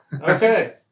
Okay